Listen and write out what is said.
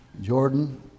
Jordan